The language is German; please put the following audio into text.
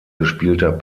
gespielter